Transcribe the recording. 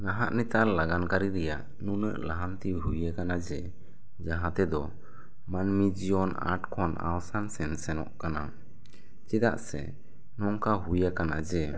ᱱᱟᱦᱟᱜ ᱱᱮᱛᱟᱨ ᱞᱟᱜᱟᱱ ᱠᱟᱹᱨᱤ ᱨᱮᱭᱟᱜ ᱱᱩᱱᱟᱹᱜ ᱞᱟᱦᱟᱱᱛᱤ ᱦᱩᱭᱟᱠᱟᱱ ᱡᱮ ᱡᱟᱦᱟᱸ ᱛᱮᱫᱚ ᱢᱟᱹᱱᱢᱤ ᱡᱤᱭᱚᱱ ᱟᱴ ᱠᱷᱚᱱ ᱟᱣᱥᱟᱱ ᱥᱮᱱ ᱥᱮᱱᱚᱜ ᱠᱟᱱᱟ ᱪᱮᱫᱟᱜ ᱥᱮ ᱱᱚᱝᱠᱟ ᱦᱩᱭᱟᱠᱟᱱᱟ ᱡᱮ